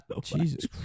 Jesus